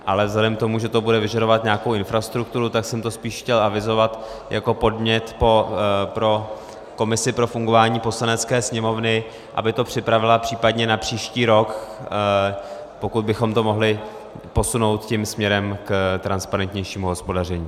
Ale vzhledem k tomu, že to bude vyžadovat nějakou infrastrukturu, tak jsem to spíš chtěl avizovat jako podnět pro komisi pro fungování Poslanecké sněmovny, aby to připravila případně na příští rok, pokud bychom to mohli posunout tím směrem k transparentnějšímu hospodaření.